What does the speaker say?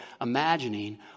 imagining